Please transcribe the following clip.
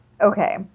okay